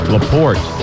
Laporte